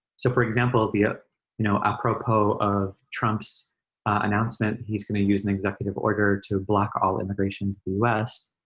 so for example the ah you know apropos of trump's announcement, he's gonna use an executive order to block all immigration to u s.